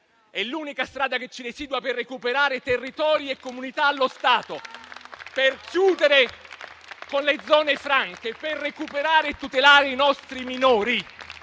è l'unica strada che ci resta per recuperare territori e comunità allo Stato, per chiudere con le zone franche, per recuperare e tutelare i nostri minori.